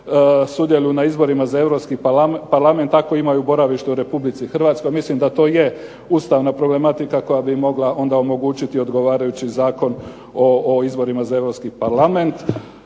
sudjeluju na izborima za Europski Parlament, tako imaju boravište u Republici Hrvatskoj, mislim da to je ustavna problematika koja bi mogla onda omogućiti odgovarajući Zakon o izborima za Europski Parlament.